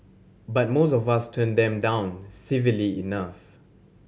but most of us turn them down civilly enough